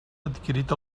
adquirit